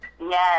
yes